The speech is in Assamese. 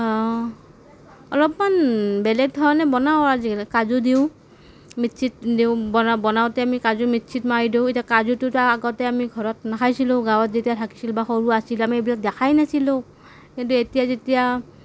অলপমান বেলেগ ধৰণে বনাওঁ আজিকালি কাজু দিওঁ মিক্সিত দিওঁ বনা বনাওঁতে আমি কাজু মিক্সিত মাৰি দিওঁ এতিয়া কাজুটোতো আগতে আমি নেখাইছিলোঁ গাঁৱত যেতিয়া থাকিছিলোঁ বা সৰু আছিলোঁ আমি এইবিলাক দেখাই নাছিলোঁ কিন্তু এতিয়া যেতিয়া